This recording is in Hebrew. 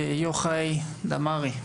יוחאי דמרי.